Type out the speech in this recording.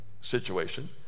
situation